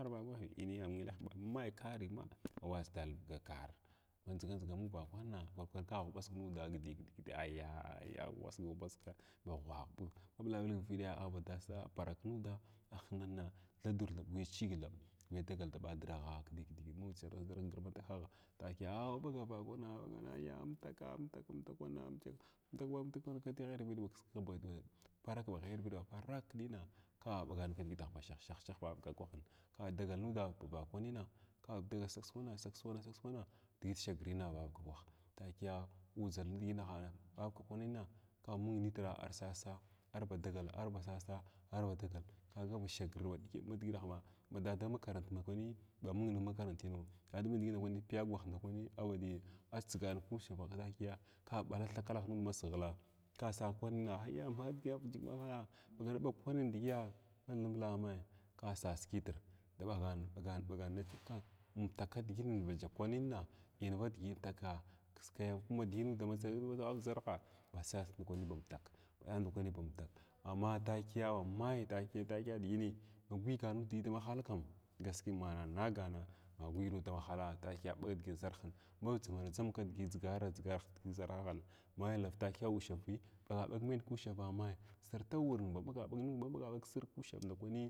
Ma ma kar vakwani awa sida albuga kwa ma dʒiga ndʒigmavakwanin kwar kwar ka ghuɓasg nuld gdi gdi ayyah ghuɓasgun ghuɓasga ma gwa kud maɓula ɓul navɗye aba dasa parak nuda ahinsna thadur gunya chig thaɓ dagal daɓadinagh digi mawucharn wuchig gramatuhagh awaɓagar vakama takiya amtaka amtakvis amtavi wanna amtava wana tighrvidagh ba kiskigh parak ba ghayiwidagha para nina kaba ɓagan kidigithub ba shah shah shah vavakwaha kadagal nuda ba vakwaning ka sas kwana sas kwan sas kwana digi shaginin va kwah takiya udʒul nidiginahana vavakwanina kamung nitra arsasa ardala arba sasa ardagala kaga ba shagir ma diʒinahim ma da dama makarant nda kwani ba mung makarantino kaga ma diʒinnan piyagwah ndakwani aba diʒi atsigan kushav takiya ka ɓala thakalah nud masighilaa ka sas kwanna digiya ka sas kitr daɓagan daɓagan daɓganumtuka diginin bajakwa inva digi dama masighe sig ʒarhas ba sas ndakwagni ba antuk amma ba takiya ba mai takiya digini wa gwigan nud didama halkam gasliya mana nagan ma surya nud dama hala dag dig kʒarhin ma ba dʒanan ndʒang kidigi adʒiʒar dʒiʒara tiʒarhahin mai lav takiya ushvabi ɓaga ɓag hony kushav mai sart wurna ba ɓaga ɓaga ɓag nud k maɓaga ɓag ʒir kushav ndakwani.